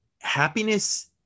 Happiness